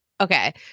Okay